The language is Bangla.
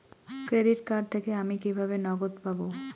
ক্রেডিট কার্ড থেকে আমি কিভাবে নগদ পাব?